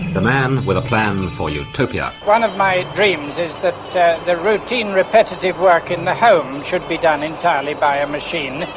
the man with a plan for utopia. one of my dreams is that the routine repetitive work in the home should be done entirely by a machine.